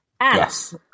Yes